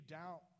doubt